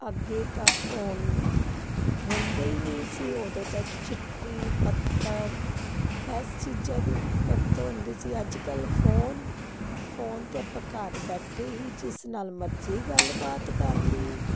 ਅੱਗੇ ਤਾਂ ਫੋਨ ਹੁੰਦੇ ਹੀ ਨਹੀਂ ਸੀ ਉਦੋਂ ਤਾਂ ਚਿੱਠੀ ਪੱਤਰ ਇਸ ਚੀਜ਼ਾਂ ਦੀ ਵਰਤੋਂ ਹੁੰਦੀ ਸੀ ਅੱਜ ਕੱਲ੍ਹ ਫੋਨ ਫੋਨ 'ਤੇ ਆਪਾਂ ਘਰ ਬੈਠੇ ਹੀ ਜਿਸ ਨਾਲ ਮਰਜੀ ਗੱਲਬਾਤ ਕਰ ਲਈਏ